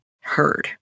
heard